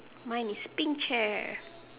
mine is pink chair